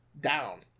down